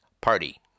Party